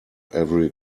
every